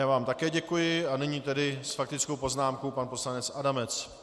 Já vám také děkuji a nyní s faktickou poznámkou pan poslanec Adamec.